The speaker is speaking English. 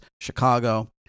Chicago